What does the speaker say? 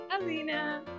Alina